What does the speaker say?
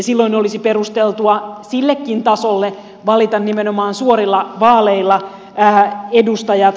silloin olisi perusteltua sillekin tasolle valita nimenomaan suorilla vaaleilla edustajat